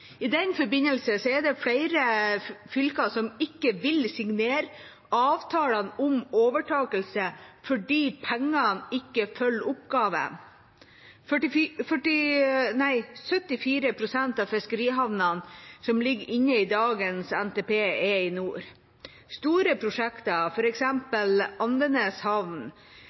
I den forbindelse er det flere fylker som ikke vil signere avtalene om overtakelse fordi pengene ikke følger oppgaven. Av fiskerihavnene som ligger inne i dagens NTP, er 74 pst. i nord. Store prosjekter, f.eks. Andenes havn